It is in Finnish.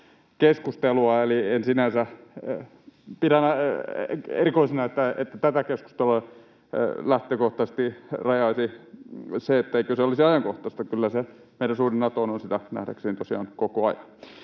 keskustelua. Eli pidän erikoisena, että tätä keskustelua lähtökohtaisesti rajaisi se, ettei se olisi ajankohtaista — kyllä se meidän suhde Natoon on sitä nähdäkseni tosiaan koko ajan.